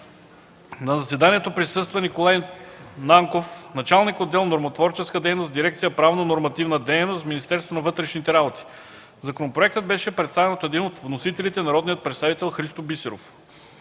На заседанието присъства Николай Нанков – началник отдел „Нормотворческа дейност” в дирекция „Правнонормативна дейност” в Министерството на вътрешните работи. Законопроектът беше представен от един от вносителите – народният представител Христо Бисеров.